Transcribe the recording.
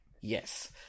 Yes